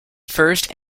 first